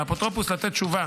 על האפוטרופוס לתת תשובה